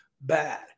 bad